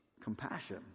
compassion